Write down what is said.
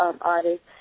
artist